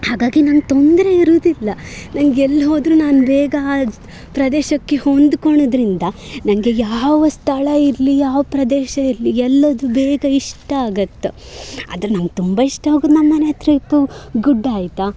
ಹಾಗಾಗಿ ನಂಗೆ ತೊಂದರೆ ಇರುವುದಿಲ್ಲ ನಂಗೆಲ್ಲಿ ಹೋದರೂ ನಾನು ಬೇಗ ಆ ಪ್ರದೇಶಕ್ಕೆ ಹೊಂದ್ಕೊಳೋದ್ರಿಂದ ನನಗೆ ಯಾವ ಸ್ಥಳ ಇರಲಿ ಯಾವ ಪ್ರದೇಶ ಇರಲಿ ಎಲ್ಲದೂ ಬೇಗ ಇಷ್ಟ ಆಗುತ್ತೆ ಆದರೆ ನಂಗೆ ತುಂಬ ಇಷ್ಟ ಆಗೋದು ನಮ್ಮ ಮನೆ ಹತ್ತಿರ ಇಪ್ಪು ಗುಡ್ಡ ಆಯಿತಾ